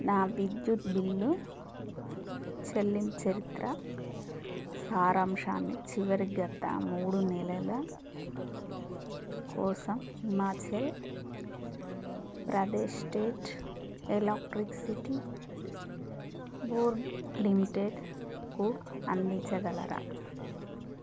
నా విద్యుత్ బిల్లు చెల్లింపు చరిత్ర సారాంశాన్ని చివరి గత మూడు నెలల కోసం Himachal Pradesh state electricity board లిమిటెడ్కు అందించగలరా